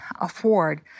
afford